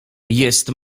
jest